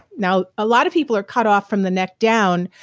now a lot of people are cut off from the neck down,